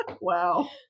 wow